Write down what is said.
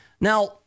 Now